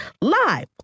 live